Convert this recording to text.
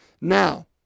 Now